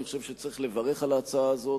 אני חושב שצריך לברך על ההצעה הזאת.